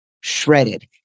shredded